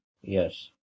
yes